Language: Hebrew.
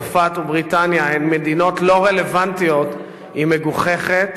צרפת ובריטניה הן מדינות לא רלוונטיות היא מגוחכת,